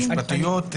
משפטיות,